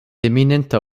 eminenta